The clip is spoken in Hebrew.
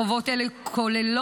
חובות אלה כוללות,